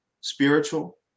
spiritual